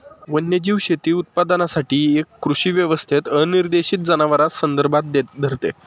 वन्यजीव शेती उत्पादनासाठी एक कृषी व्यवस्थेत अनिर्देशित जनावरांस संदर्भात धरते